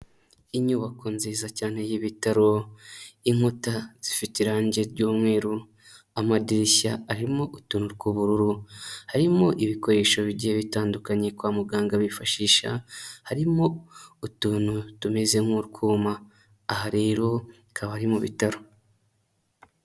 Inyubako nziza cyane y'ibitaro inkuta zifite irangi ry'umweru amadirishya arimo utuntu tw'ubururu, harimo ibikoresho bigiye bitandukanye kwa muganga bifashisha, harimo utuntu tumeze nk'utwuma aha rero hakaba ari mu bitaro.